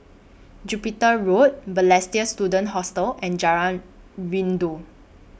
Jupiter Road Balestier Student Hostel and Jalan Rindu